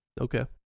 Okay